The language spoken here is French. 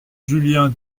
julien